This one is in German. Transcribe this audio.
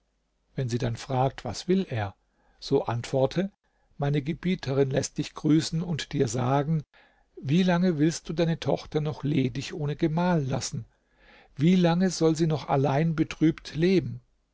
wenn sie dann fragt was will er so antworte meine gebieterin läßt dich grüßen und dir sagen wie lange willst du deine tochter noch ledig ohne gemahl lassen wie lange soll sie noch allein betrübt leben